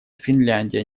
финляндия